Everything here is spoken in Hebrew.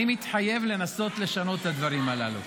אני מתחייב לנסות לשנות את הדברים הללו.